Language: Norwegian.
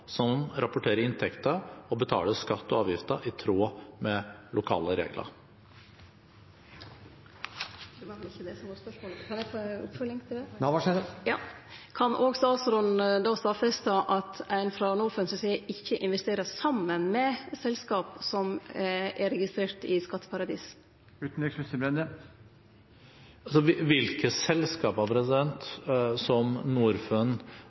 som rapporterer inntekter og betaler skatt og avgifter i tråd med lokale regler. Det var vel ikkje det som var spørsmålet mitt. Kan eg få ei oppfølging til det? Kan òg utanriksministeren då stadfeste at ein frå Norfund si side ikkje investerer saman med selskap som er registrerte i skatteparadis? Hvilke selskaper som Norfund investerer sammen med i de landene som